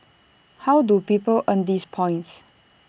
how do people earn these points